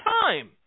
time